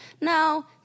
No